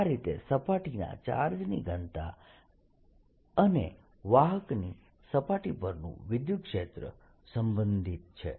આ રીતે સપાટીના ચાર્જની ઘનતા અને વાહકની સપાટી પરનું વિદ્યુતક્ષેત્ર સંબંધિત છે